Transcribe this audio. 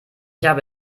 habe